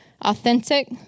authentic